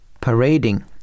parading